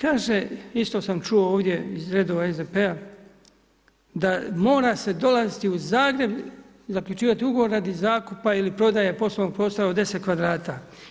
Kaže, isto sam čuo ovdje iz redova SDP-a da mora se dolaziti u Zagreb, zaključivati ugovor radi zakupa ili prodaje poslovnog prostora u 10 kvadrata.